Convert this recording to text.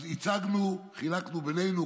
אז הצגנו, חילקנו בינינו.